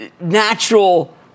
natural